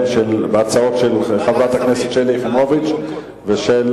כן, בהצעות של חברי הכנסת שלי יחימוביץ ושל